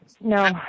No